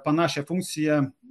panašią funkciją